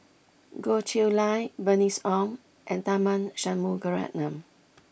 Goh Chiew Lye Bernice Ong and Tharman Shanmugaratnam